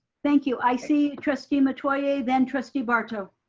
thank you. i see trustee metoyer then trustee barto.